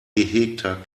gehegter